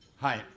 Hi